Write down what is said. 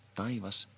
taivas